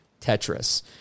Tetris